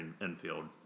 infield